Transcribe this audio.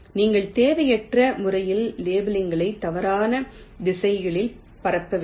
நீங்கள் தேவையற்ற முறையில் லேபிள்களை தவறான திசையில் பரப்பவில்லை